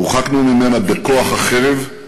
הורחקנו ממנה בכוח החרב,